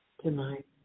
tonight